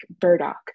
burdock